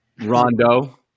Rondo